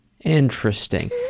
Interesting